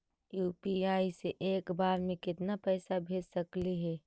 UPI से एक बार मे केतना पैसा भेज सकली हे?